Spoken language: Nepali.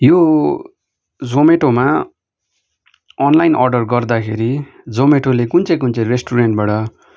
यो जोमेटोमा अनलाइन अर्डर गर्दाखेरि जोमेटोले कुन चाहिँ कुन चाहिँ रेस्टुरेन्टबाट